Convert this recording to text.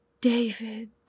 David